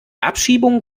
abschiebung